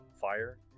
fire